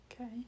Okay